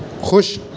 خوش